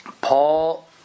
Paul